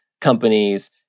companies